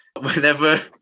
whenever